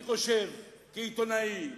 אני חושב כעיתונאי משהו,